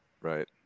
Right